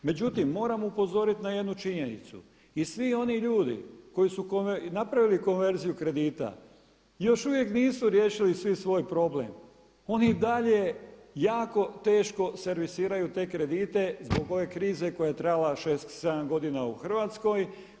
Međutim, moram upozoriti na jednu činjenicu i svi oni ljudi koji su napravili konverziju kredita i još uvijek nisu riješili svi svoj problem oni i dalje jako teško servisiraju te kredite zbog ove krize koja je trajala 6, 7 godina u Hrvatskoj.